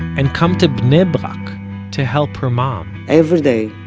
and come to bnei brak to help her mom every day,